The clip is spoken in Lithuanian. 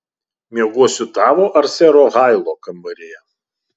miegosiu tavo ar sero hailo kambaryje